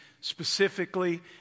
specifically